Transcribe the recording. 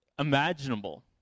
imaginable